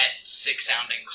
sick-sounding